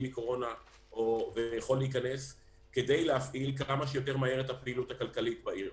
מקורונה ויכול להיכנס כדי להפעיל כמה שיותר את הפעילות הכלכלית בעיר.